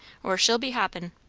or she'll be hoppin'.